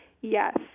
Yes